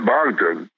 Bogdan